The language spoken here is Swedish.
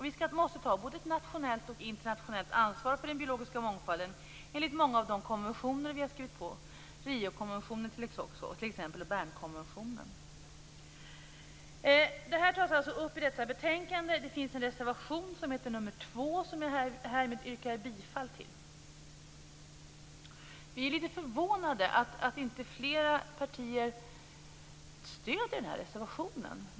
Vi måste ta både ett nationellt och ett internationellt ansvar för den biologiska mångfalden enligt många av de konventioner som vi har skrivit på, som t.ex. Riokonventionen och Bernkonventionen. Det här tas alltså upp i detta betänkande. Det finns en reservation nr 2, som jag härmed yrkar bifall till. Vi är lite förvånade att inte flera partier stöder den här reservationen.